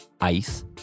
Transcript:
ice